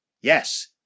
yes